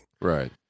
Right